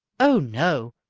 oh, no!